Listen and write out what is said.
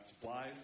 supplies